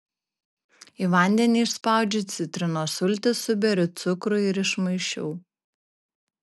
į vandenį išspaudžiu citrinos sultis suberiu cukrų ir išmaišiau